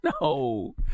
No